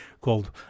called